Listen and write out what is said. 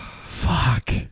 Fuck